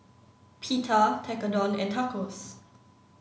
Pita Tekkadon and Tacos